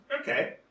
okay